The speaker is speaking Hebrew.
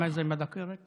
בקריאה